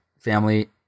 family